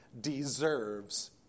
deserves